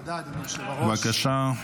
בבקשה.